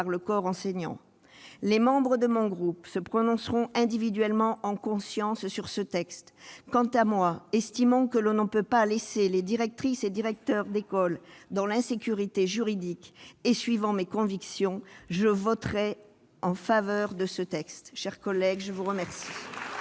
le corps enseignant. Les membres de mon groupe se prononceront individuellement, en conscience, sur ce texte. Quant à moi, estimant que l'on ne peut pas laisser les directrices et directeurs d'école dans l'insécurité juridique, et suivant mes convictions, je voterai en faveur de ce texte. La parole est à M. Antoine